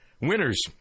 winners